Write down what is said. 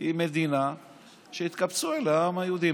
היא מדינה שהתקבץ אליה העם היהודי.